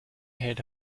head